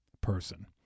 person